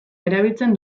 erabiltzen